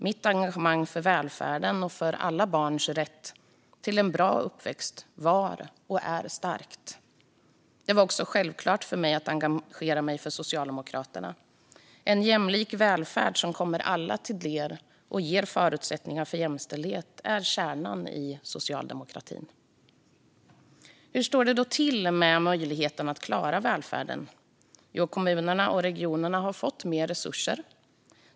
Mitt engagemang för välfärden och för alla barns rätt till en bra uppväxt var och är starkt. Det var också självklart för mig att engagera mig för Socialdemokraterna. En jämlik välfärd som kommer alla till del och ger förutsättningar för jämställdhet är kärnan i socialdemokratin. Hur står det då till med möjligheterna att klara välfärden? Jo, kommunerna och regionerna har fått mer resurser.